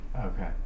okay